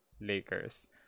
lakers